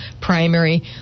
primary